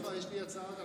אמרתי, יש לי גם הצעה.